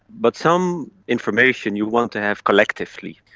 but some information you want to have collectively.